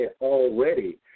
already